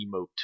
emote